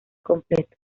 completo